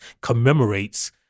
commemorates